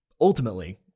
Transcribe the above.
ultimately